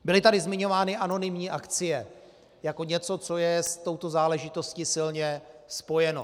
Byly tady zmiňovány anonymní akcie jako něco, co je s touto záležitostí silně spojeno.